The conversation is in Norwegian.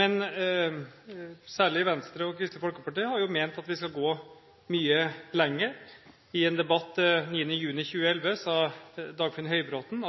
Men særlig Venstre og Kristelig Folkeparti har jo ment at vi skal gå mye lenger. I en debatt 9. juni 2011 sa Dagfinn Høybråten: